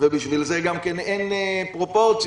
ובשביל זה גם אין פרופורציות,